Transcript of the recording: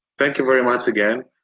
thank you very much again,